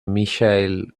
michael